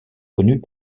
connue